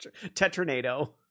Tetranado